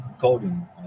coding